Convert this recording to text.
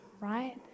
right